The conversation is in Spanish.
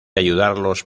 ayudarlos